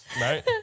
Right